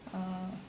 ah